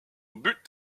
but